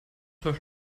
läuft